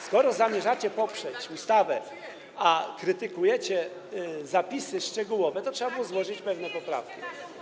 Skoro zamierzacie poprzeć ustawę, a krytykujecie zapisy szczegółowe, to trzeba było złożyć pewne poprawki.